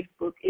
Facebook